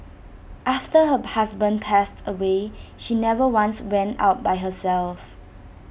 after her husband passed away she never once went out by herself